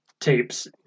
tapes